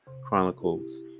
chronicles